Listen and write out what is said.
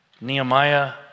Nehemiah